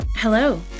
Hello